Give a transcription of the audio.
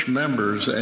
members